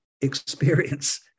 experience